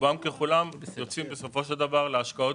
רובם ככולם יוצאים בסופו של דבר להשקעות